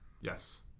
Yes